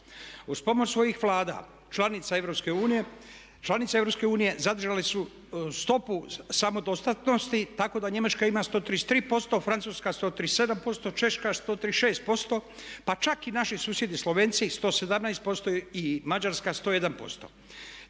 Uz pomoć svojih vlada članice EU zadržale su stopu samodostatnosti tako da Njemačka ima 133%, Francuska 137%, Češka 136% pa čak i naši susjedi Slovenci 117% i Mađarska 101%.